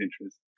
interest